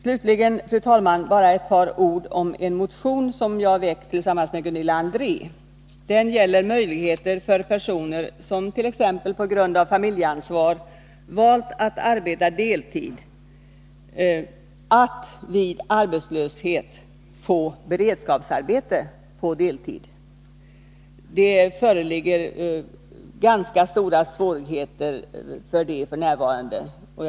Slutligen, fru talman, bara några få ord om en motion som jag väckt tillsammans med Gunilla André. Den gäller möjligheter för personer som t.ex. på grund av familjeansvar valt att arbeta deltid för att vid arbetslöshet få beredskapsarbete på deltid. Det föreligger ganska stora svårigheter för dessa f. n. att få detta.